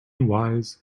wise